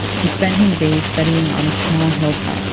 he spent his days studying on a small hilltop